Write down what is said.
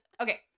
okay